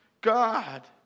God